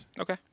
Okay